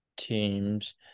teams